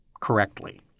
correctly